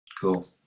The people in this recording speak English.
Cool